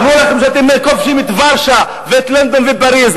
אמרו לכם שאתם כובשים את ורשה ואת לונדון ואת פריס.